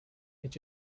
est